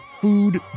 food